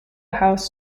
house